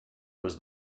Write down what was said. was